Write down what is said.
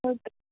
okay